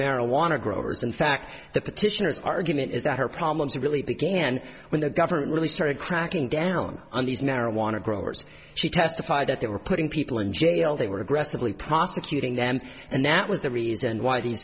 marijuana growers in fact the petitioners argument is that our problems are really began when the government really started cracking down on these marijuana growers she testified that they were putting people in jail they were aggressively prosecuting them and that was the reason why these